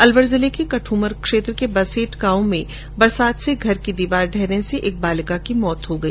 अलवर जिले कठुमर क्षेत्र के बसेत गांव में बरसात से घर की दीवार गिरने से एक बालिका की मौत हो गई